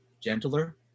gentler